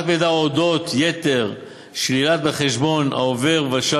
העברת מידע על יתרה שלילית בחשבון העובר-ושב